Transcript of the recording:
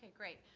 great.